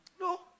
no